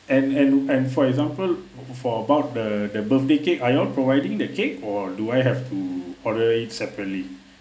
and and and for example for about the the birthday cake are you all providing the cake or do I have to order it separately